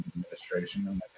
administration